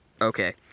okay